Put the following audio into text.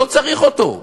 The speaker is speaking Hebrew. שלא צריך אותו,